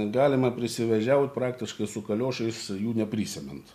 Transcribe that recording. galima prisivėžiaut praktiškai su kaliošais jų neprisemiant